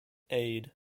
aid